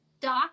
doc